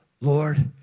Lord